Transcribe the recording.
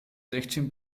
sechzehn